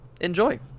enjoy